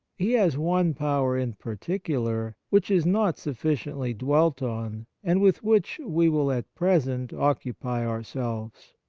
he has one power in particular, which is not sufficiently dwelt on, and with which we will at present occupy ourselves.